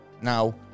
Now